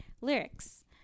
Lyrics